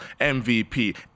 MVP